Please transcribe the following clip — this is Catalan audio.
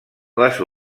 les